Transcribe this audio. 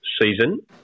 season